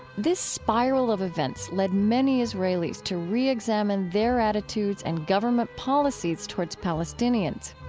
this spiral of events led many israelis to re-examine their attitudes and government policies towards palestinians.